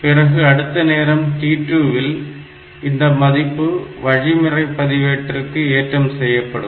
பிறகு அடுத்த நேரம் t2 இல் இந்த மதிப்பு வழிமுறை பதிவேட்டிற்கு ஏற்றம் செய்யப்படும்